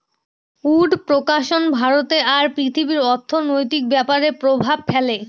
would production ভারতে আর পৃথিবীর অর্থনৈতিক ব্যাপরে প্রভাব ফেলে